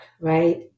right